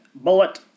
Bullet